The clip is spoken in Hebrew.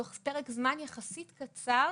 תוך פרק זמן יחסית קצר,